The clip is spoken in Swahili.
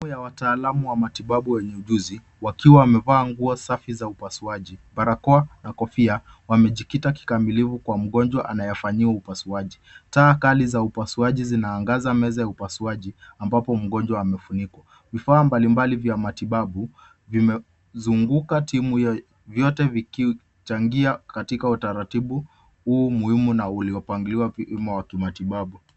Timu ya wataalamu wa matibabu wenye ujuzi, wakiwa wamevaa nguo safi za upasuaji, barakoa na kofia, wamejikita kikamilifu kwa mgonjwa anayefanyiwa upasuaji. Taa kali za upasuaji zinaangaza meza ya upasuaji ambapo mgonjwa amefunikwa. Vifaa mbalimbali vya matibabu, vimezunguka timu hiyo, vyote vikichangia katika utaratibu huu muhimu na uliyopangiliwa kiimo wa kimatibabu.